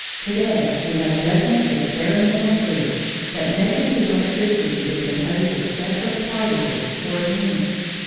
to-day we have definite experimental proof that negative electricity is composed of separate particles or units.